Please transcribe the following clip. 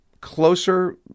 closer